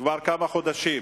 כבר כמה חודשים,